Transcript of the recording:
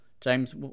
James